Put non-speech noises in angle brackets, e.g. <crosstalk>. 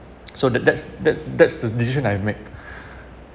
so that that's that that's the decision I've make <breath> ya